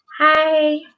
Hi